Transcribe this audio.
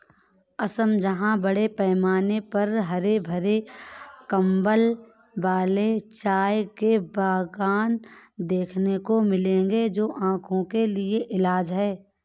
असम जहां बड़े पैमाने पर हरे भरे कंबल वाले चाय के बागान देखने को मिलेंगे जो आंखों के लिए एक इलाज है